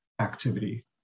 activity